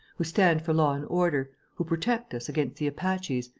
who stand for law and order, who protect us against the apaches,